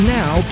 now